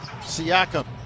Siakam